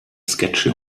sketche